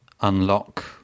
unlock